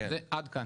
עד כאן.